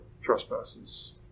trespasses